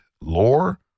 lore